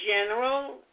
general